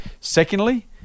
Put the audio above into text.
Secondly